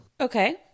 Okay